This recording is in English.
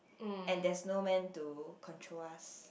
and there's no man to control us